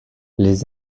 les